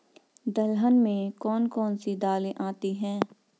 दलहन में कौन कौन सी दालें आती हैं?